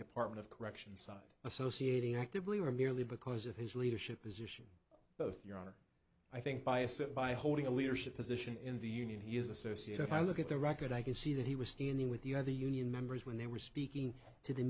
department of corrections side associating actively or merely because of his leadership position both your honor i think bias that by holding a leadership position in the union he is associate if i look at the record i can see that he was standing with the other union members when they were speaking to the